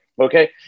Okay